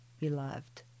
beloved